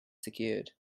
secured